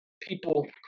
people